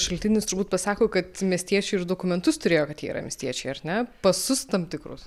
šaltinis turbūt pasako kad miestiečiai ir dokumentus turėjo kad jie yra miestiečiai ar ne pasus tam tikrus